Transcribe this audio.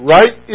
Right